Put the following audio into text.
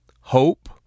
hope